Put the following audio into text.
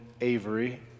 Avery